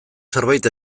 zerbait